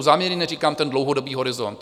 Záměrně neříkám ten dlouhodobý horizont.